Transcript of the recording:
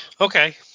Okay